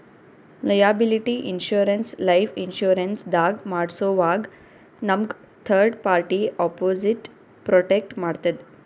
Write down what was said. liability insurance life insurance ದಾಗ್ ಮಾಡ್ಸೋವಾಗ್ ನಮ್ಗ್ ಥರ್ಡ್ ಪಾರ್ಟಿ ಅಪೊಸಿಟ್ ಪ್ರೊಟೆಕ್ಟ್ ಮಾಡ್ತದ್